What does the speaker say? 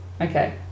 okay